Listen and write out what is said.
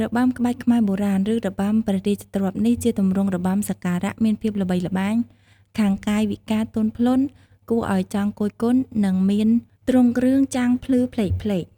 របាំក្បាច់ខ្មែរបុរាណ ឬ របាំព្រះរាជទ្រព្យនេះជាទម្រង់របាំសក្ការ:មានភាពល្បីល្បាញខាងកាយវិការទន់ភ្លន់ គួរឱ្យចង់គយគន់ និង មានទ្រង់គ្រឿងចាំងភ្លឺផ្លេកៗ។